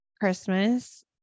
Christmas